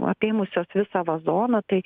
apėmusios visą vazoną tai